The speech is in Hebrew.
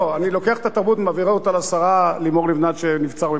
אני לוקח את התרבות ומעביר אותה לשרה לימור לבנת שנבצר ממנה להשתתף,